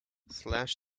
slash